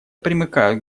примыкают